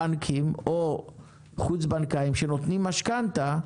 בנקים או גופים חוץ בנקאיים שנותנים משכנתה,